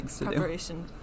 preparation